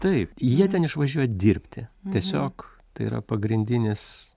taip jie ten išvažiuoja dirbti tiesiog tai yra pagrindinis